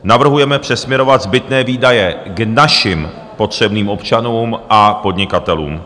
Navrhujeme přesměrovat zbytné výdaje k našim potřebným občanům a podnikatelům.